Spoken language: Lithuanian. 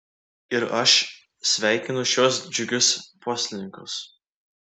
ir aš sveikinu šiuos džiugius poslinkius